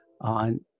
on